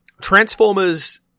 transformers